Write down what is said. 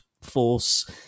force